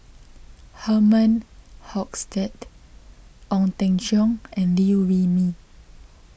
Herman Hochstadt Ong Teng Cheong and Liew Wee Mee